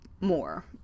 more